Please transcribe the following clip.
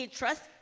trust